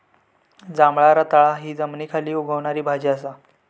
जांभळा रताळा हि जमनीखाली उगवणारी भाजी असा